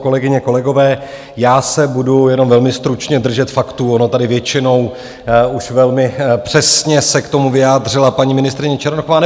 Kolegyně, kolegové, já se budu jenom velmi stručně držet faktů, ona tady většinou už velmi přesně se k tomu vyjádřila paní ministryně Černochová.